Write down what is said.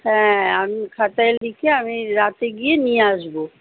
হ্যাঁ আমি খাতায় লিখে আমি রাতে গিয়ে নিয়ে আসবো